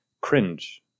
Cringe